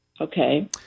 Okay